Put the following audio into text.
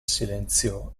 silenzio